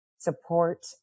Support